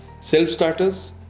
Self-starters